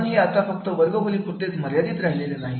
म्हणून हे आता फक्त वर्गखोली पुरतेच मर्यादित राहिलेले नाही